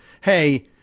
hey